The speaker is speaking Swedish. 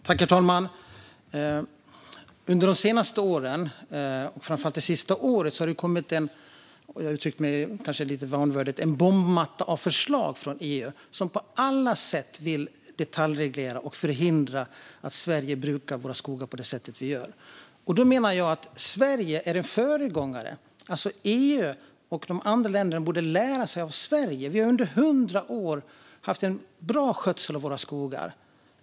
Herr talman! Under de senaste åren, framför allt det sista året, har det kommit - jag uttrycker mig kanske lite vanvördigt - en bombmatta av förslag från EU, som på alla sätt vill detaljreglera och förhindra att vi i Sverige brukar våra skogar på det sätt vi gör. Jag menar att Sverige är en föregångare. EU och de andra länderna borde lära sig av Sverige. Vi har under hundra år haft en bra skötsel av våra skogar.